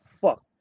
fuck